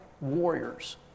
warriors